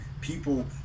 people